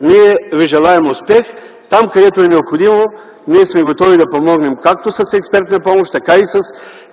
Ние ви желаем успех. Там, където е необходимо, сме готови да помогнем както с експертна помощ, така и с